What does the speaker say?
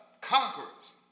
conquerors